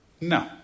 No